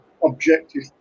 objective